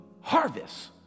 harvest